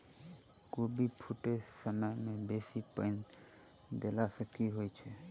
कोबी फूटै समय मे बेसी पानि देला सऽ की होइ छै?